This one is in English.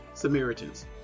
Samaritans